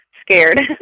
scared